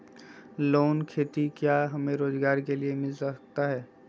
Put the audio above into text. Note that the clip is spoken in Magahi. लोन खेती क्या हमें रोजगार के लिए मिलता सकता है?